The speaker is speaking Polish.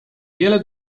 wiele